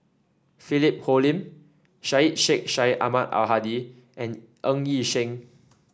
Philip Hoalim Syed Sheikh Syed Ahmad Al Hadi and Ng Yi Sheng